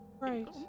Right